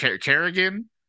Kerrigan